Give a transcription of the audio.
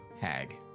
Hag